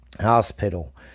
hospital